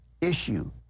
issue